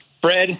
Fred